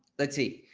let's see.